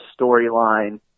storyline